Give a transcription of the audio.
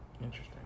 Interesting